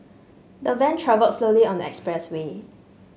the van travelled slowly on the expressway